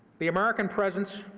the american presence,